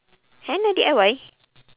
henna D_I_Y